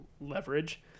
leverage